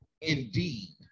Indeed